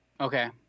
okay